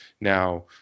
Now